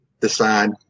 decide